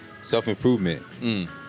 Self-improvement